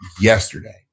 yesterday